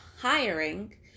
hiring